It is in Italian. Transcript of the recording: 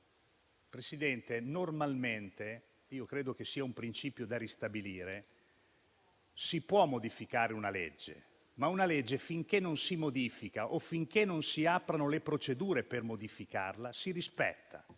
Presidente, normalmente (io credo che sia un principio da ristabilire) si può modificare una legge, ma finché non la si modifica o finché non si aprono le procedure per modificarla, la si rispetta.